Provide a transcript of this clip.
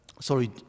sorry